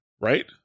Right